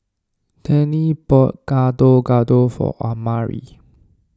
Tennie bought Gado Gado for Omari